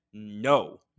No